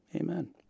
Amen